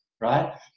right